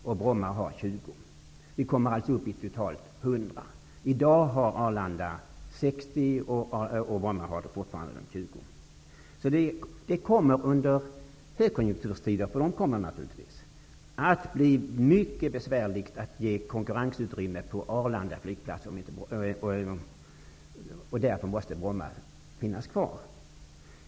Vi kommer upp i totalt 100 rörelser. I dag har Arlanda en kapacitet av 60, och Bromma har fortfarande 20. Under högkonjunkturstider -- de kommer naturligtvis -- kommer det att bli mycket besvärligt att ge konkurrensutrymme på Arlanda flygplats. Därför måste Bromma finnas kvar.